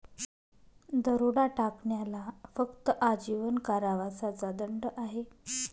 दरोडा टाकण्याला फक्त आजीवन कारावासाचा दंड आहे